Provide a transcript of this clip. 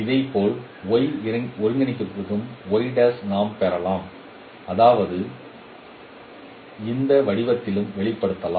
இதேபோல் y ஒருங்கிணைப்பிற்கும் நாம் பெறலாம் அதாவது இந்த வடிவத்திலும் வெளிப்படுத்தலாம்